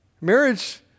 Marriage